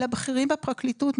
לבכירים בפרקליטות,